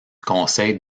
conseil